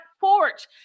porch